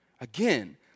Again